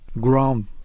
ground